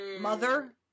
mother